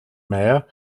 meier